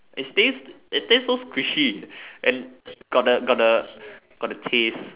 it tastes it tastes so squishy and got the got the got the taste